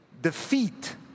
Defeat